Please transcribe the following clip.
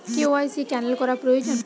KYC cancel করা প্রয়োজন?